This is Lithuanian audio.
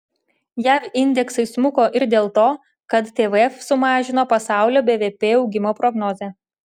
jav indeksai smuko ir dėl to kad tvf sumažino pasaulio bvp augimo prognozę